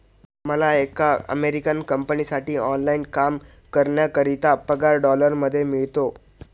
मला एका अमेरिकन कंपनीसाठी ऑनलाइन काम करण्याकरिता पगार डॉलर मध्ये मिळतो